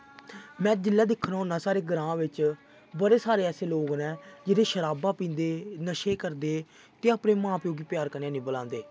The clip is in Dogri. मैं जिसलै दिक्खना होना साढ़े ग्रांऽ बिच्च बड़े सारे ऐसे लोग न जेह्ड़े शराबां पींदे नशे करदे ते अपने मां प्यो गी प्यार कन्नै नेईं बलांदे